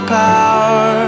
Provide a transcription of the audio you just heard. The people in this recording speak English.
power